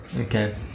Okay